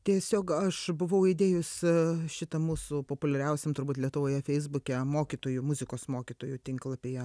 tiesiog aš buvau įdėjus šitą mūsų populiariausiam turbūt lietuvoje feisbuke mokytojų muzikos mokytojų tinklapyje